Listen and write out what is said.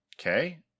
Okay